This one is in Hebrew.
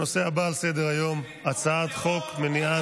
הנושא הבא על סדר-היום הוא הצעת חוק מניעת,